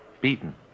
beaten